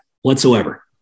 whatsoever